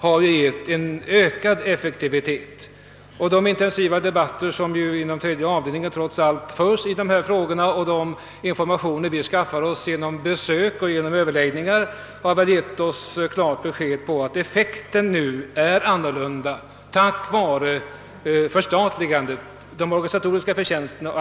Vid de diskussioner om dessa frågor som förts inom tredje avdelningen och vid de informationer vi fått genom besök och överläggningar har vi också kommit till den uppfattningen att effektiviteten nu är en helt annan tack vare förstatligandet.